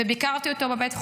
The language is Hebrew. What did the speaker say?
וביקרתי אותו בבית החולים.